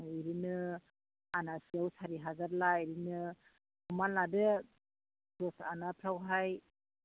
ओरैनो आनासेयाव सारि हाजारला ओरैनो हमना लादो दस आनाफ्रावहाय